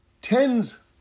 Tens